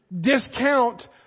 discount